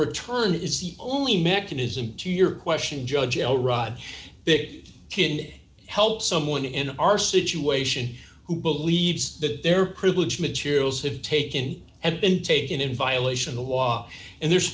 return is the only mechanism to your question judge l rod big kid help someone in our situation who believes that their privilege materials have taken have been taken in violation of the wall and there's